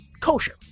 kosher